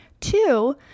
Two